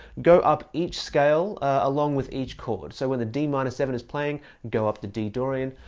go up each scale along with each chord. so when the d minor seven is playing, go up the d dorian,